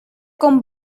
con